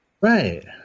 Right